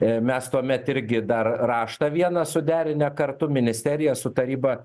i mes tuomet irgi dar raštą vieną suderinę kartu ministerija su taryba